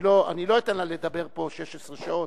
אני לא אתן לה לדבר פה 16 שעות,